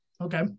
Okay